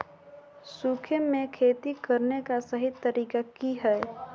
सूखे में खेती करने का सही तरीका की हैय?